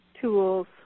tools